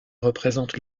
représente